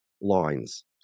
lines